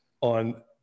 on